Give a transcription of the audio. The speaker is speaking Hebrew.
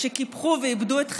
קיפחו ואיבדו את חייהן,